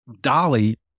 dolly